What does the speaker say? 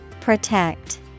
Protect